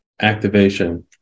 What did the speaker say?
activation